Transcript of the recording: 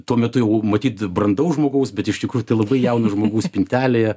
tuo metu jau matyt brandaus žmogaus bet iš tikrųjų tai labai jauno žmogaus spintelėje